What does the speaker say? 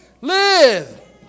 Live